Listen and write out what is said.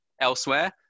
Elsewhere